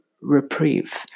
reprieve